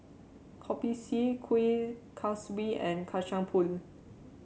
Kopi C Kuih Kaswi and Kacang Pool